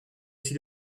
aussi